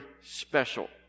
special